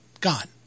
God